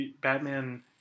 Batman